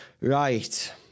Right